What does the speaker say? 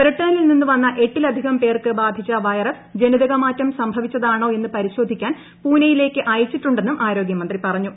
ബ്രിട്ടനിൽ നിന്ന് വന്ന എട്ടിലധികം പേർക്ക് ബാധിച്ച വൈറസ് ജനിതക മാറ്റം സംഭവിച്ചതാണോ എന്ന് പരിശോധിക്കാൻ പൂനെയിലേക്ക് അയച്ചിട്ടുണ്ടെന്നും ആരോഗ്യ മന്ത്രി പറഞ്ഞു